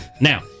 Now